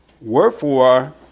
Wherefore